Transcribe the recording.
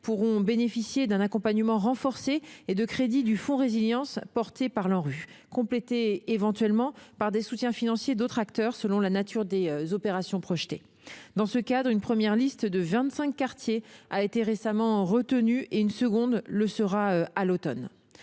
pourront bénéficier d'un accompagnement renforcé et de crédits du fonds résilience porté par l'ANRU, complétés éventuellement par des soutiens financiers d'autres acteurs, selon la nature des opérations projetées. Dans ce cadre, une première liste de vingt-cinq quartiers a été récemment retenue, et une seconde le sera à l'automne.